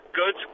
good